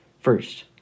First